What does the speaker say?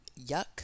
yuck